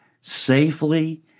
safely